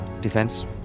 defense